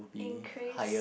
increase